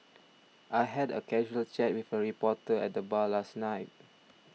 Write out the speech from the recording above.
I had a casual chat with a reporter at the bar last night